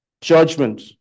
Judgment